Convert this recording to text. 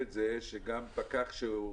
וגם מהותית,